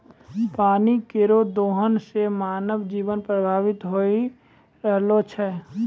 पानी केरो दोहन सें मानव जीवन प्रभावित होय रहलो छै